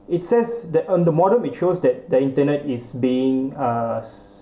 it says that on the modem we chose that the internet is being uh